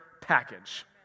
package